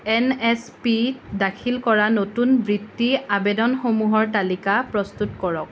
N S পিত দাখিল কৰা নতুন বৃত্তি আবেদনসমূহৰ তালিকা প্ৰস্তুত কৰক